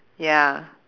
ya